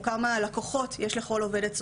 או כמה לקוחות יש לכל עובדת סוציאלית.